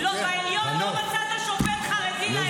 שלא מצאת שופט חרדי לעליון?